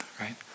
right